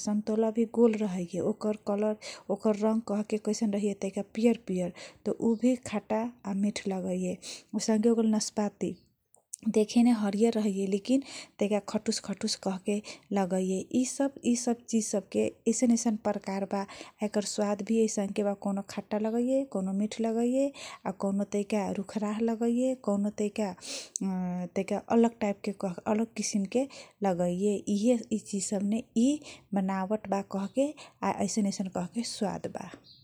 सन्तोलाभि गोल रहिए ओकर रङ कहेके कैसन रहगे तैका पियर पियर उभि खाटा या निट लगाईए औसन के हो गेल नासपाती देखिने हरिहर लेकिन तैका खटुस रहगे यी सब चिज सबको के यी प्रकार सब रहए एकर स्वाद भी कौनो खाटा रहिए कौनो मिठ रहैय कौनो तैका रुखराह रहलिए । कौनो तैका अलग टाइपके रहहिए या अलग किसिमके रहहिए ऐसन स्वाद सब के रहइए ।